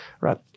right